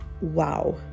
wow